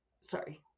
sorry